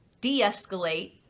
de-escalate